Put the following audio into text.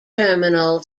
terminal